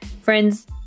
Friends